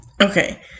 Okay